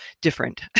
different